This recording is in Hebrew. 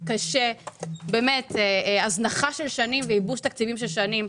קשה, באמת הזנחה של שנים, ייבוש תקציבים של שנים.